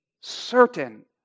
Certain